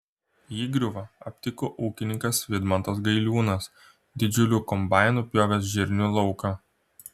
įgriuvą aptiko ūkininkas vidmantas gailiūnas didžiuliu kombainu pjovęs žirnių lauką